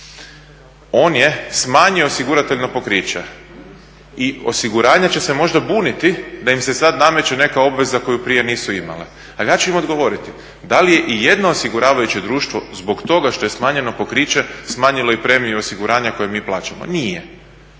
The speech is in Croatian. On je smanjio osigurateljno pokriće i osiguranje će se možda buniti da im se sad nameće neka obveza koju prije nisu imale. Ali ja ću im odgovoriti da li je i jedno osiguravajuće društvo zbog toga što je smanjeno pokriće smanjilo i premiju osiguranja koju mi plaćamo? Nije.